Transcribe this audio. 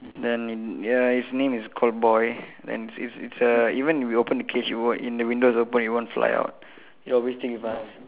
then in ya his name is called boy then it's it's uh even if we open the cage it won't if the window is open it won't fly out it always stick with us